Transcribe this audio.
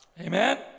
Amen